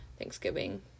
thanksgiving